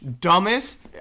dumbest